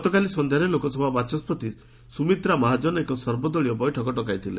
ଗତକାଲି ସନ୍ଧ୍ୟାରେ ଲୋକସଭା ବାଚସ୍କତି ସୁମିତ୍ରା ମହାଜନ ଏକ ସର୍ବଦଳୀୟ ବୈଠକ ଡକାଇଥିଲେ